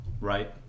right